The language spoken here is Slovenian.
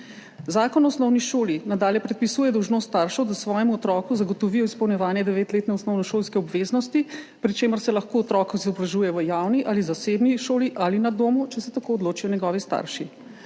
Zakon o osnovni šoli nadalje predpisuje dolžnost staršev, da svojemu otroku zagotovijo izpolnjevanje devetletne osnovnošolske obveznosti, pri čemer se lahko otrok izobražuje v javni ali zasebni šoli ali na domu, če se tako odločijo njegovi starši.